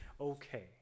Okay